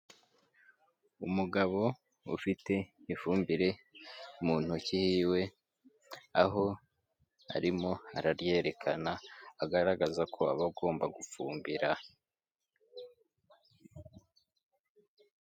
Umugabo ufite ifumbire mu ntoki yiwe, aho arimo araryerekana agaragaza ko aba agomba gufumbira.